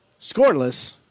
scoreless